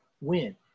win